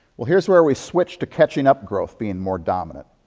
well, here's where we switch to catching-up growth being more dominant.